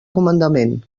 comandament